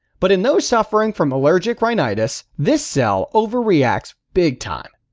but in those suffering from allergic rhinitis this cell over-reacts big time.